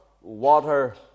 water